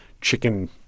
chicken